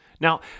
Now